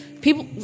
people